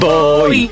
Boy